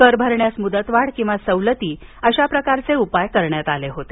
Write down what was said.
कर भरण्यास मृदतवाढ किंवा सवलती अशा प्रकारचे उपाय करण्यात आले होते